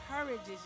encourages